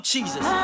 Jesus